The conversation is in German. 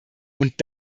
und